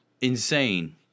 insane